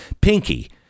pinky